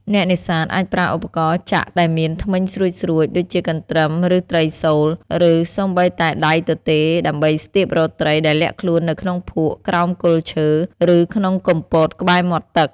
អ្នកនេសាទអាចប្រើឧបករណ៍ចាក់ដែលមានធ្មេញស្រួចៗ ដូចជាកន្ទ្រឹម ឬត្រីសូល ឬសូម្បីតែដៃទទេដើម្បីស្ទាបរកត្រីដែលលាក់ខ្លួននៅក្នុងភក់ ក្រោមគល់ឈើ ឬក្នុងគុម្ពោតក្បែរមាត់ទឹក។